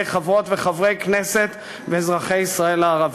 חברות וחברי כנסת ואזרחי ישראל הערבים.